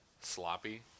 sloppy